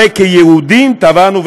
הרי כיהודים תבענו,